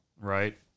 right